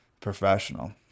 Professional